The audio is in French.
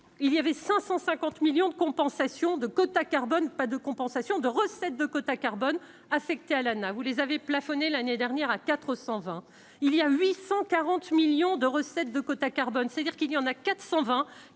compensation de recettes de quotas carbone affectés à vous les avez plafonné l'année dernière à 420 il y a 840 millions de recettes de quotas carbone, c'est-à-dire qu'il y en a 420